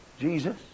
Jesus